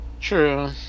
True